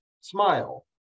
smile